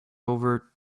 over